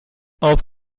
auf